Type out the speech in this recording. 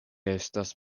estas